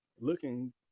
looking